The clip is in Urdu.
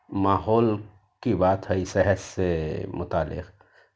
ماحول کی بات ہے اِس ایسے متعلق